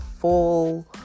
full